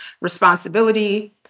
responsibility